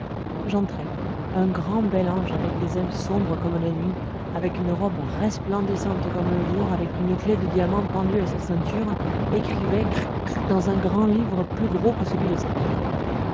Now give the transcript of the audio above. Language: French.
j'entrai un grand bel ange avec des ailes sombres comme la nuit avec une robe resplendissante comme le jour avec une clef de diamant pendue à sa ceinture écrivait cra cra dans un grand livre plus gros que celui de